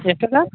ಎಷ್ಟು ಸಾ